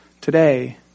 Today